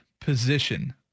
position